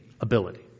ability